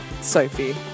Sophie